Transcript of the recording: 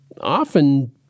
often